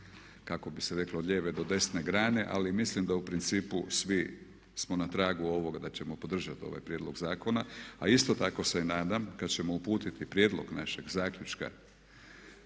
kako bi se reklo od lijeve do desne grane ali mislim da u principu svi smo na tragu ovog da ćemo podržati ovaj prijedlog zakona. A isto tako se nadam kad ćemo uputiti prijedlog našeg zaključka